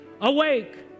Awake